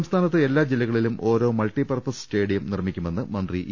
സംസ്ഥാനത്ത് എല്ലാ ജില്ലകളിലും ഓരോ മൾട്ടിപർപ്പസ് സ് റ്റേഡിയം നിർമിക്കുമെന്ന് മന്ത്രി ഇ